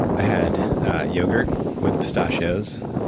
i had yogurt with pistachios,